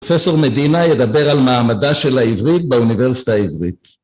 פרופ' מדינה ידבר על מעמדה של העברית באוניברסיטה העברית.